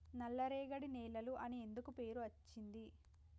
నల్లరేగడి నేలలు అని ఎందుకు పేరు అచ్చింది?